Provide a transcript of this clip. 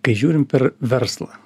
kai žiūrim per verslą